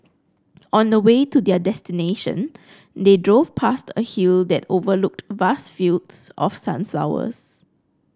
on the way to their destination they drove past a hill that overlooked vast fields of sunflowers